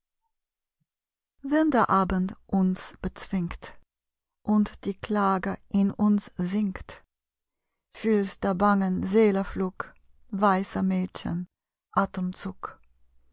wenn der abend uns bezwingt und die klage in uns singt fühlst der bangen seele flug weißer mädchen atemzug